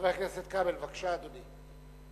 חבר הכנסת כבל, בבקשה, אדוני.